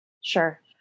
Sure